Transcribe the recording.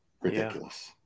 Ridiculous